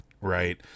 right